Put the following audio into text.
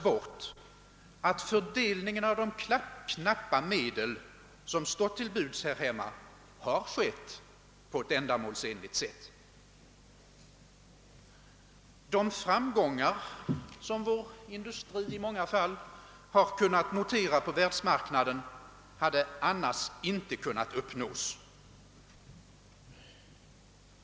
bort att fördelningen av de knappa medel som står till buds här hemma har skett på ett ändamålsenligt sätt. De framgångar som vår industri i många fall har kunnat notera på världsmarknaden, hade annars inte kunnat uppnås.